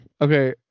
Okay